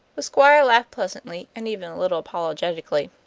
the squire laughed pleasantly, and even a little apologetically,